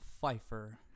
Pfeiffer